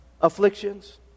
Afflictions